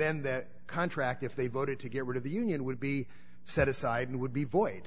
then that contract if they voted to get rid of the union would be set aside and would be void